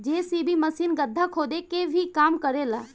JCB machine गड्ढा खोदे के भी काम करे ला